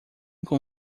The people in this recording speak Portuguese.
com